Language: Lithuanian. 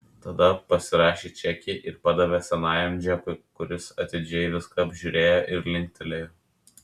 tada pasirašė čekį ir padavė senajam džekui kuris atidžiai viską apžiūrėjo ir linktelėjo